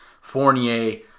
Fournier